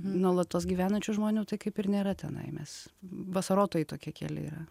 nuolatos gyvenančių žmonių tai kaip ir nėra tenai mes vasarotojai tokie keli yra